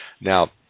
now